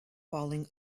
falling